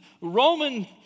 Roman